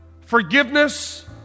forgiveness